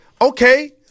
okay